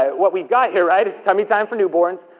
what we've got here, right, is tummy time for newborns.